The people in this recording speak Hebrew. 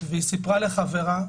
והיא סיפרה לחברה,